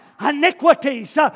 Iniquities